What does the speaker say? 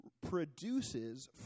produces